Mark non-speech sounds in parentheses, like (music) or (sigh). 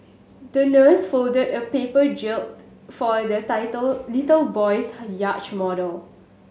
the nurse folded a paper jib for the tittle little boy's (noise) yacht model